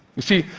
you see,